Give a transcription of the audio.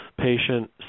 patient